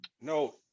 No